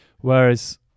whereas